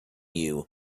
you